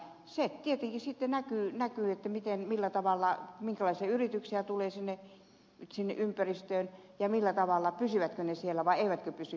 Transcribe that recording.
se tietenkin sitten näkyy siinä minkälaisia yrityksiä tulee ympäristöön ja pysyvätkö ne siellä vai eivätkö pysy